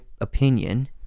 opinion